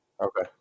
Okay